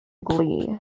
glee